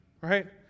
right